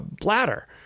bladder